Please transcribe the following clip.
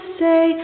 say